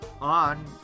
on